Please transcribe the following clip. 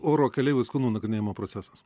oro keleivių skundų nagrinėjimo procesas